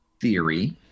theory